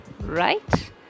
right